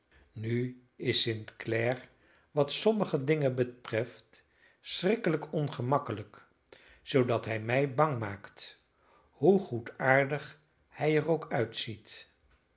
nu is st clare wat sommige dingen betreft schrikkelijk ongemakkelijk zoodat hij mij bang maakt hoe goedaardig hij er ook uitziet